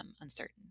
uncertain